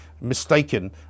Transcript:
mistaken